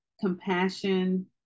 compassion